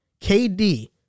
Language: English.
KD